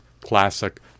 classic